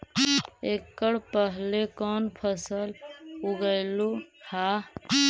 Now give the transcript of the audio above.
एकड़ पहले कौन फसल उगएलू हा?